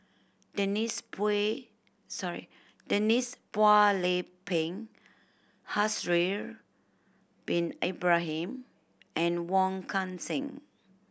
Denise Pay sorry Denise Phua Lay Peng Haslir Bin Ibrahim and Wong Kan Seng